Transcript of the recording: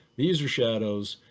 these are shadows.